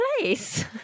place